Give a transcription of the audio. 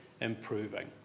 improving